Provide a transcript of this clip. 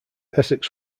essex